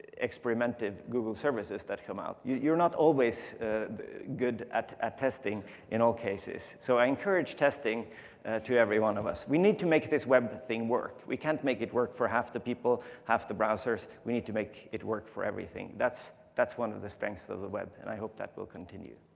experimentive google services that come out. you're not always good at at testing in all cases. so i encourage testing to every one of us. we need to make this web thing work, we can't make it work for half the people, half the browsers. we need to make it work for everything. that's that's one of the strengths of the web, and i hope that will continue.